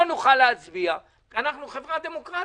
לא נוכל להצביע אנחנו חברה דמוקרטית.